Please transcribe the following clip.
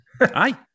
Aye